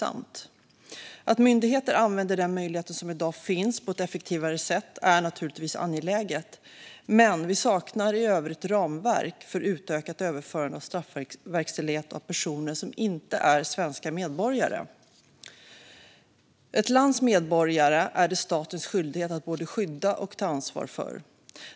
Att myndigheter använder den möjlighet som i dag finns på ett effektivare sätt är naturligtvis angeläget, men vi saknar i övrigt ramverk för utökat överförande av straffverkställighet av personer som inte är svenska medborgare. Ett lands medborgare är det statens skyldighet att både skydda och ta ansvar för.